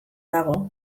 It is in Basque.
dago